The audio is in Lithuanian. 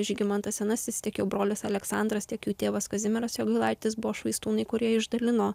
žygimantas senasis tiek jo brolis aleksandras tiek jo tėvas kazimieras jogailaitis buvo švaistūnai kurie išdalino